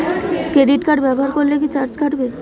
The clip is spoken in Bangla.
ক্রেডিট কার্ড ব্যাবহার করলে কি চার্জ কাটবে?